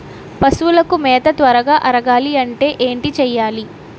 పశువులకు మేత త్వరగా అరగాలి అంటే ఏంటి చేయాలి?